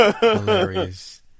Hilarious